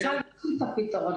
נמצאת איתנו נועה צור ברוש,